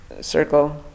circle